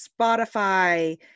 Spotify